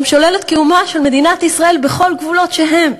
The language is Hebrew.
שולל את קיומה של מדינת ישראל בכל גבולות שהם.